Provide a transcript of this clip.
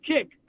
kick